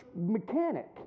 mechanic